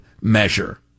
measure